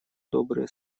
добрые